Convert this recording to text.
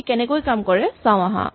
ই কেনেকৈ কাম কৰে চাওঁ আহা